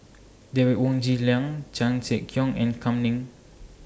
Derek Wong Zi Liang Chan Sek Keong and Kam Ning